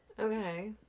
Okay